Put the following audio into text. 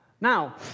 Now